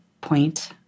point